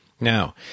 Now